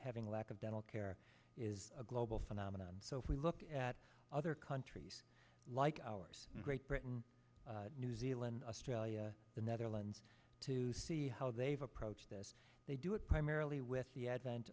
having lack of dental care is a global phenomenon so if we look at other countries like ours great britain new zealand australia the netherlands to see how they've approached this they do it primarily with the advent